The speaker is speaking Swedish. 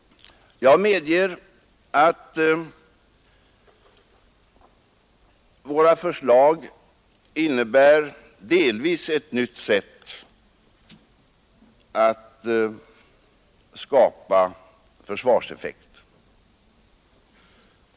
Jag medger att våra förslag delvis innebär ett nytt sätt att skapa försvarseffekt.